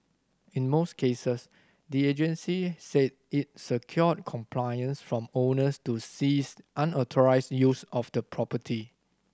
in most cases the agency said it secured compliance from owners to cease unauthorised use of the property